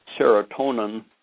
serotonin